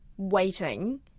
waiting